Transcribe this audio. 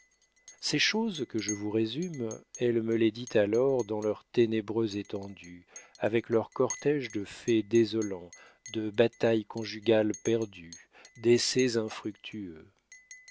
ces choses que je vous résume elle me les dit alors dans leur ténébreuse étendue avec leur cortége de faits désolants de batailles conjugales perdues d'essais infructueux